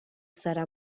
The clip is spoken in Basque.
zara